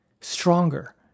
stronger